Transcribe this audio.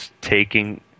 taking